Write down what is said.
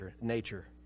nature